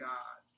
God